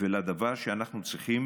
ולדבר שאנחנו צריכים